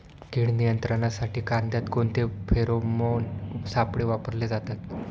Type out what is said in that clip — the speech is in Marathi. कीड नियंत्रणासाठी कांद्यात कोणते फेरोमोन सापळे वापरले जातात?